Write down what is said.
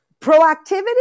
Proactivity